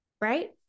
right